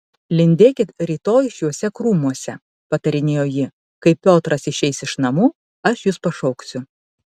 lindėkit rytoj šiuose krūmuose patarinėjo ji kai piotras išeis iš namų aš jus pašauksiu